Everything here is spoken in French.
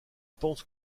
pense